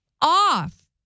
off